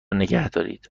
نگهدارید